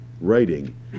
writing